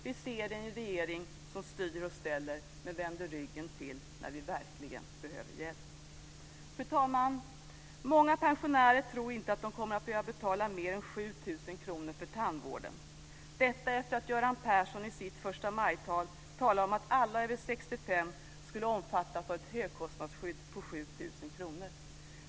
Vi ser en regering som styr och ställer, men som vänder ryggen till när vi verkligen behöver hjälp. Fru talman! Många pensionärer tror inte att de kommer att behöva betala mer än 7 000 kr för tandvården - detta efter det att Göran Persson i sitt förstamajtal talade om att alla över 65 år skulle omfattas av ett högkostnadsskydd på 7 000 kr.